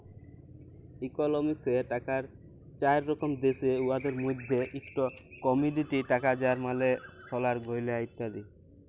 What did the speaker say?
ইকলমিক্সে টাকার চার রকম দ্যাশে, উয়াদের মইধ্যে ইকট কমডিটি টাকা যার মালে সলার গয়লা ইত্যাদি